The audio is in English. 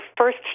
first